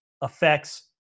affects